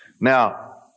Now